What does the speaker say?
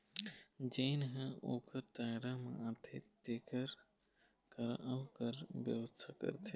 जेन ह ओखर दायरा म आथे तेखर करा अउ कर बेवस्था करथे